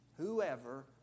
Whoever